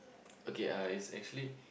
okay uh it's actually